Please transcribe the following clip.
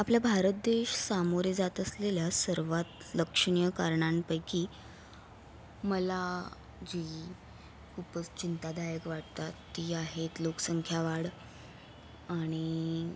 आपला भारत देश सामोरे जात असलेल्या सर्वात लक्षणीय कारणांपैकी मला जी खूपच चिंतादायक वाटतात ती आहेत लोकसंख्या वाढ आणि